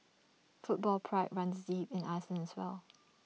football pride runs deep in Iceland as well